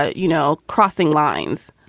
ah you know, crossing lines